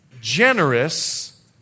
Generous